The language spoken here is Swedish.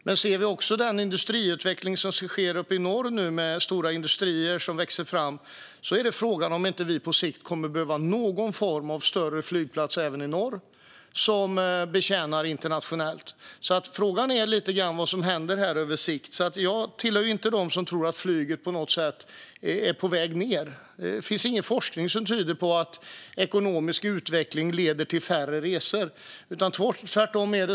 Med tanke på den industriutveckling som nu sker uppe i norr, med stora industrier som växer fram, är frågan om vi inte på sikt kommer att behöva någon form av större flygplats som betjänar internationellt även i norr. Frågan är lite vad som händer på sikt. Jag tillhör inte dem som tror att flygandet är på väg att minska. Det finns ingen forskning som tyder på att ekonomisk utveckling leder till färre resor.